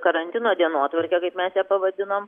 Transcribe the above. karantino dienotvarkė kaip mes ją pavadinom